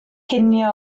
cinio